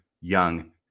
young